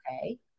okay